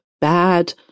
bad